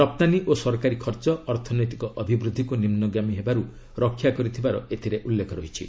ରପ୍ତାନୀ ଓ ସରକାରୀ ଖର୍ଚ୍ଚ ଅର୍ଥନୈତିକ ଅଭିବୃଦ୍ଧିକୁ ନିମ୍ବଗାମୀ ହେବାରୁ ରକ୍ଷା କରିଥିବାର ଏଥିରେ ଉଲ୍ଲେଖ ରହିଛି